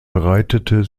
breitete